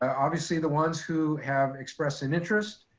obviously the ones who have expressed an interest,